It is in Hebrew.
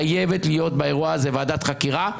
חייבת להיות באירוע הזה ועדת חקירה,